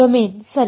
domain ಸರಿ